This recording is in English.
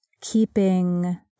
keeping